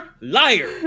liar